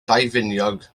daufiniog